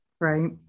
Right